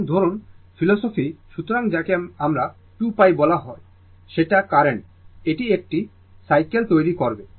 সুতরাং ধরুন ফিলোসফি সুতরাং যাকে 2π বলা হয় সেটা কারেন্ট এটি একটি সাইকেল তৈরি করবে